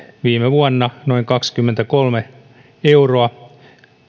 viime vuonna noin kaksikymmentäkolme euroa